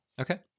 Okay